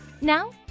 Now